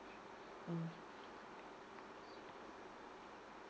mm